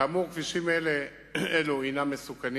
כאמור, כבישים אלו הם מסוכנים,